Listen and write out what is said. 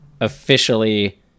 officially